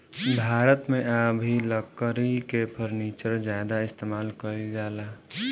भारत मे आ भी लकड़ी के फर्नीचर ज्यादा इस्तेमाल कईल जाला